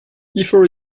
before